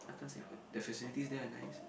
I can't say food the facilities there are nice